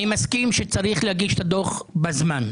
אני מסכים שצריך להגיש את הדוח בזמן.